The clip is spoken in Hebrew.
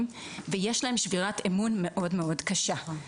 ויש להם שבירת אמון מאוד מאוד קשה.